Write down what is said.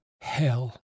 hell